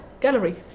gallery